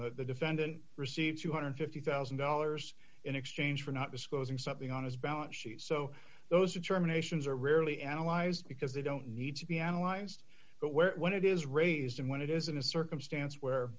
that the defendant received two hundred and fifty thousand dollars in exchange for not disclosing something on his balance sheet so those determinations are rarely analyzed because they don't need to be analyzed but where when it is raised and when it is in a circumstance where